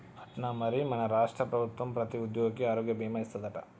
అట్నా మరి మన రాష్ట్ర ప్రభుత్వం ప్రతి ఉద్యోగికి ఆరోగ్య భీమా ఇస్తాదట